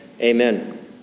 amen